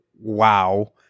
wow